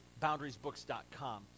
boundariesbooks.com